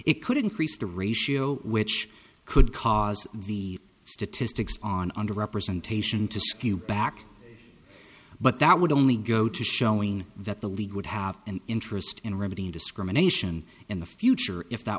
it could increase the ratio which could cause the statistics on under representation to skew back but that would only go to showing that the league would have an interest in remedying discrimination in the future if that